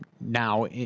now